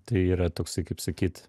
tai yra toksai kaip sakyt